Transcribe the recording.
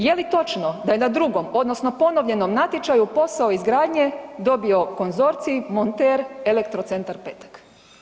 Je li točno da je na 2. odnosno ponovljenom natječaju posao izgradnje dobio konzorcij Monter Elektrocentar Petek?